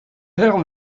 per